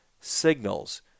signals